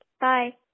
Bye